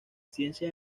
ciencia